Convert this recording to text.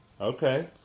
Okay